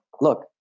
look